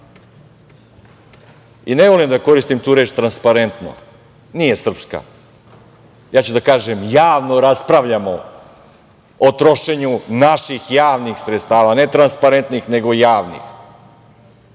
i ne volim da koristim tu reč transparentno, nije srpska, ja ću da kažem javno raspravljamo o trošenju naših javnih sredstava, ne transparentnih, nego javnih,